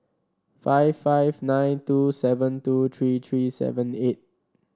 five five nine two seven two three three seven eight